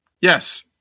Yes